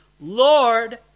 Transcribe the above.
Lord